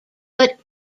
but